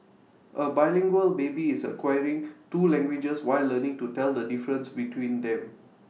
A bilingual baby is acquiring two languages while learning to tell the difference between them